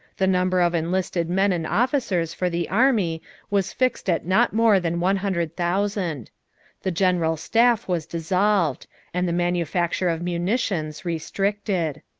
the number of enlisted men and officers for the army was fixed at not more than one hundred thousand the general staff was dissolved and the manufacture of munitions restricted.